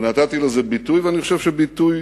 ונתתי לזה ביטוי, ואני חושב שביטוי